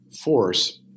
force